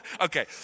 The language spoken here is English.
okay